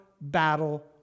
battle